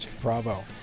Bravo